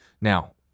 now